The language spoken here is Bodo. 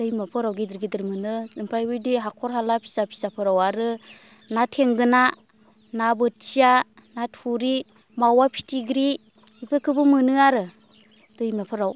दैमाफोराव गिदिर गिदिर मोनो ओमफ्राय बिदि हाख'र हाला फिसा फिसाफोराव आरो ना थेंगोना ना बोथिया ना थुरि मावा फिथिख्रि बेफोरखौबो मोनो आरो दैमाफोराव